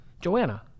Joanna